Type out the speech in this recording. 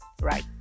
right